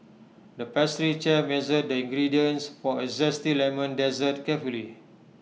the pastry chef measured the ingredients for A Zesty Lemon Dessert carefully